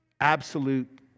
absolute